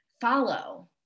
follow